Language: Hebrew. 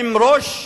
עם ראש מורם,